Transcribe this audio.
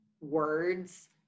words